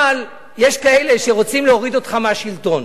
אבל יש כאלה שרוצים להוריד אותך מהשלטון.